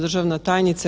Državna tajnice.